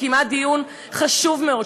שקיימה דיון חשוב מאוד,